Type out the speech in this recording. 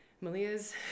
Malia's